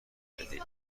نکردی